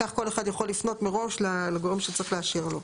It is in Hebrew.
כך כל אחד יכול לפנות מראש לגורם שצריך לאשר לו.